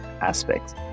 aspects